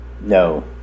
No